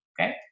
okay